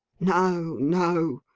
no, no.